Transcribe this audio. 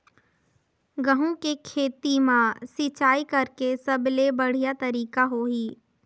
गंहू के खेती मां सिंचाई करेके सबले बढ़िया तरीका होही?